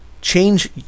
change